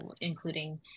including